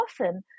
often